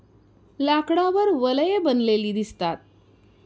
लाकडावर वलये बनलेली दिसतात